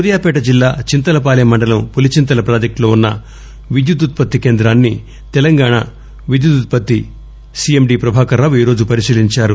సూర్యాపేట జిల్లా చింతలపాలెం మండలం పులీచింతల ప్రాజెక్టులో ఉన్న విద్యుత్ ఉత్పత్తి కేంద్రాన్ని తెలంగాణ విద్యుత్ సీఎండీ ప్రభాకర్ రావు ఈరోజు పరిశీలించారు